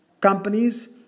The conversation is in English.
companies